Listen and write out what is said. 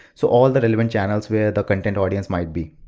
so all the relevant channels where the content audience might be.